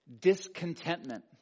Discontentment